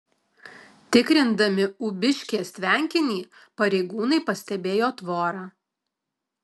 tikrindami ūbiškės tvenkinį pareigūnai pastebėjo tvorą